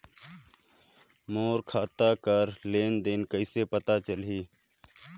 मोर खाता कर लेन देन कइसे पता चलही?